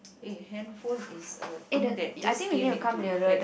eh handphone is a thing that just came into effect